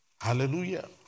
Hallelujah